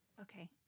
Okay